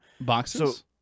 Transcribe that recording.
boxes